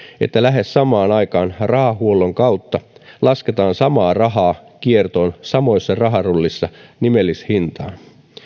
että lähes samaan aikaan rahahuollon kautta lasketaan samaa rahaa kiertoon samoissa raharullissa nimellishintaan